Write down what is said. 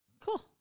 Cool